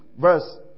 Verse